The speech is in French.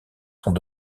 sont